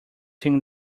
sing